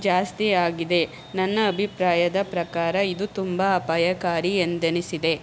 ಜಾಸ್ತಿ ಆಗಿದೆ ನನ್ನ ಅಭಿಪ್ರಾಯದ ಪ್ರಕಾರ ಇದು ತುಂಬ ಅಪಾಯಕಾರಿ ಎಂದೆನಿಸಿದೆ